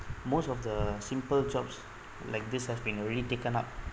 most of the simple jobs like this have been already taken up